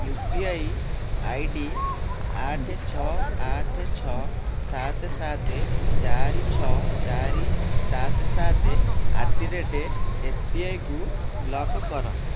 you P I ID ଆଠ ଛଅ ଆଠ ଛଅ ସାତ ସାତ ଚାରି ଛଅ ଚାରି ସାତ ସାତ ଆଟ୍ ଦି ରେଟ୍ ଏସବିଆଇକୁ ବ୍ଲକ୍ କର